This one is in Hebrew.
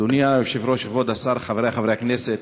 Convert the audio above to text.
אדוני היושב-ראש, כבוד השר, חברי חברי הכנסת,